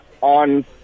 on